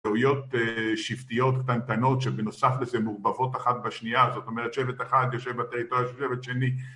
טעויות שבטיות קטנטנות שבנוסף לזה מעורבבות אחת בשנייה זאת אומרת, שבט אחד יושב בטריטוריה של שבט שני